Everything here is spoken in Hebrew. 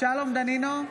שלום דנינו,